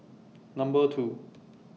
Number two